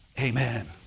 Amen